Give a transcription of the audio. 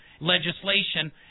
legislation